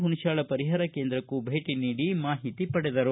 ಹುಣಾಸ್ವಾಳ ಪರಿಹಾರ ಕೇಂದ್ರಕ್ಕೂ ಭೇಟಿ ನೀಡಿ ಮಾಹಿತಿ ಪಡೆದರು